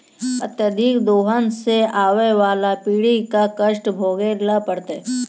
अत्यधिक दोहन सें आबय वाला पीढ़ी क कष्ट भोगै ल पड़तै